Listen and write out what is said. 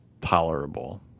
tolerable